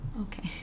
Okay